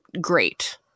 great